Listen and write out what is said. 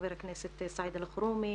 חבר הכנסת סעיד אלחרומי.